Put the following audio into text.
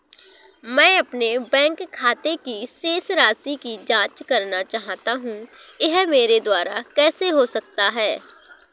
मैं अपने बैंक खाते की शेष राशि की जाँच करना चाहता हूँ यह मेरे द्वारा कैसे हो सकता है?